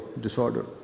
disorder